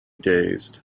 dazed